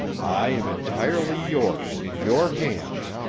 i am entirely yours, in your hands,